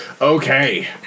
okay